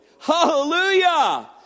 Hallelujah